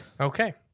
Okay